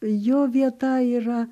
jo vieta yra